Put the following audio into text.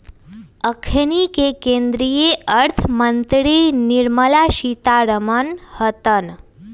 अखनि के केंद्रीय अर्थ मंत्री निर्मला सीतारमण हतन